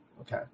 Okay